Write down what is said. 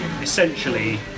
essentially